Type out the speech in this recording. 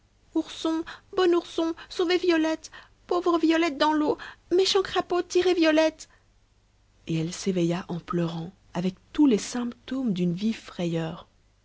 ourson bon ourson sauver violette pauvre violette dans l'eau méchant crapaud tirer violette et elle s'éveilla en pleurant avec tous les symptômes d'une vive frayeur